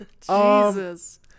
Jesus